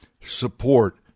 support